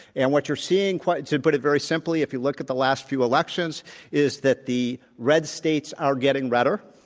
and what you're seeing to put it very simply if you look at the last few elections is that the red states are getting redder,